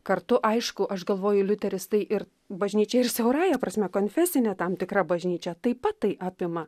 kartu aišku aš galvoju liuteris tai ir bažnyčia ir siaurąja prasme konfesinė tam tikra bažnyčia taip pat tai apima